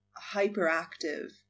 hyperactive